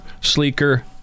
sleeker